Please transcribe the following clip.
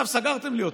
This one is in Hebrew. עכשיו סגרתם לי אותו,